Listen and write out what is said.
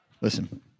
Listen